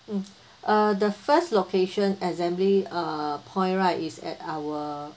mm uh the first location assembly uh point right is at our